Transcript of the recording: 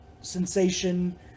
sensation